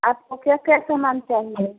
आपको क्या क्या सामान चाहिए